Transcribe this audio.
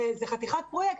זו חתיכת פרויקט,